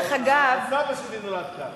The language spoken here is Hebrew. גם הסבא שלי נולד כאן.